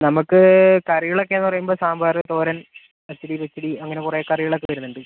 നമുക്ക് കറികളൊക്കെയെന്ന് പറയുമ്പം സാമ്പാർ തോരൻ പച്ചടി കിച്ചടി അങ്ങനെ കുറെ കറികളൊക്കെ വരുന്നുണ്ട്